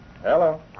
Hello